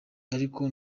ariko